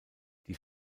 die